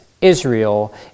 Israel